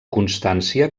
constància